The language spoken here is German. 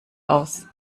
aus